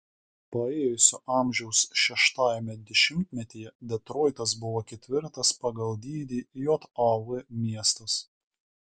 paėjusio amžiaus šeštajame dešimtmetyje detroitas buvo ketvirtas pagal dydį jav miestas